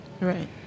Right